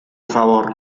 favor